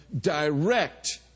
direct